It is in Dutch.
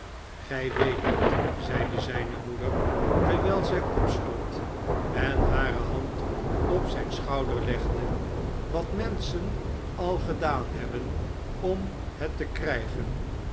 gij weet niet zeide zijne moeder terwijl zij opstond en hare hand op zijn schouder legde wat menschen al gedaan hebuen om het te krijgen